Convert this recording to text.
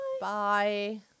Bye